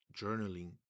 journaling